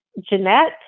Jeanette